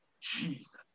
Jesus